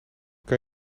kan